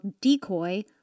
decoy